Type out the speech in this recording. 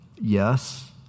Yes